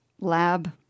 Lab